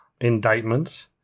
indictments